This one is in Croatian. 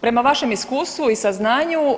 Prema vašem iskustvu i saznanju